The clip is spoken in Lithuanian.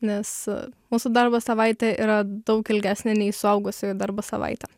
nes mūsų darbo savaitė yra daug ilgesnė nei suaugusiųjų darbo savaitė